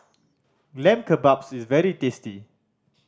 Lamb Kebabs is very tasty